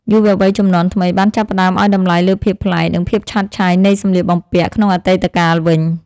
យុវវ័យជំនាន់ថ្មីបានចាប់ផ្តើមឱ្យតម្លៃលើភាពប្លែក និងភាពឆើតឆាយនៃសម្លៀកបំពាក់ក្នុងអតីតកាលវិញ។